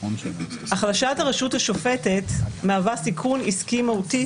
החלשת הרשות השופטת מהווה סיכון עסקי מהותי,